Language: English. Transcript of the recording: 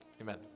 Amen